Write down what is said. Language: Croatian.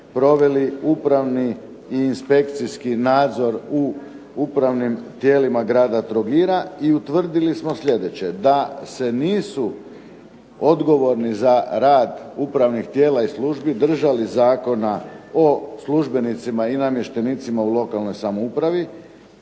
proveli upravni i inspekcijski nadzor u upravnim tijelima Grada Trogira i utvrdili smo sljedeće: da se nisu odgovorni za rad upravnih tijela i službi držali Zakona o službenicima i namještenicima u lokalnoj samoupravi